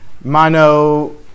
mono